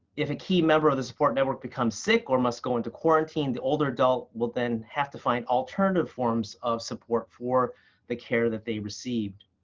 if a key member of the support network becomes sick or must go into quarantine, the older adult will then have to find alternative forms of support for the care that they received.